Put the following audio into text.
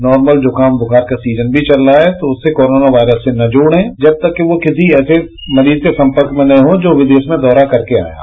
normal जुकाम बुखार का सीजन भी चल रहा है तो उसे कोरोना वायरस से न जोड़े जब तक कि वो किसी ऐसे मरीज के सम्पर्क में न हो जो विदेश में दौरा करके आया है